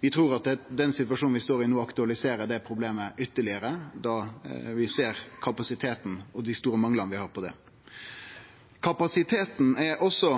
Vi trur at den situasjonen vi står i no, aktualiserer det problemet ytterlegare når vi ser kapasiteten og dei store manglane vi har her. Kapasiteten er også